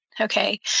Okay